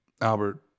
Albert